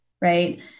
right